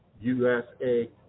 USA